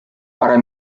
parę